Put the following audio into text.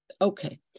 Okay